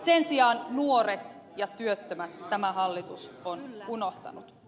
sen sijaan nuoret ja työttömät tämä hallitus on unohtanut